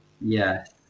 yes